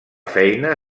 feina